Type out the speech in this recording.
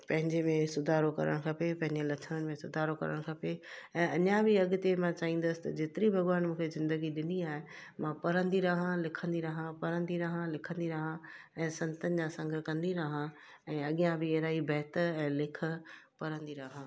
पहिजे में सुधारो करणु खपे पंहिंजे लछणनि में सुधारो करणु खपे ऐं अञा बि अॻिते मां चाहींदुसि त जेतिरी मूंखे भॻवान ज़िंदगी ॾिनी आहे मां पढ़ाई कंदी रहां लिखंदी रहां पढ़ंदी रहां लिखंदी रहां ऐं संतनि जा संग्रह कंदी रहां ऐं अॻियां बि अहिड़ा ई बहितर ऐं लेख पढंदी रहां